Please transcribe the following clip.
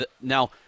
Now